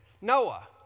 Noah